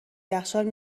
یخچال